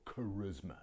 charisma